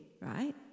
right